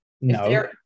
no